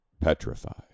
petrified